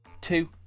two